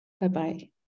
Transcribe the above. Bye-bye